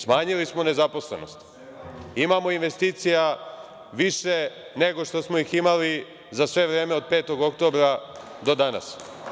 Smanjili smo nezaposlenost, imamo investicija više nego što smo ih imali za sve vreme od 5. oktobra do danas.